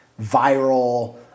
viral